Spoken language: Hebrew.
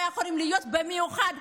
לא יכולים להיות ביחד?